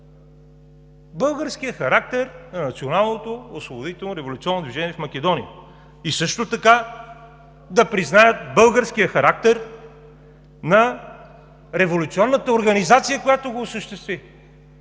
Българският характер на националното освободително революционно движение в Македония! И също така да признаят българския характер на революционната организация, която го осъществи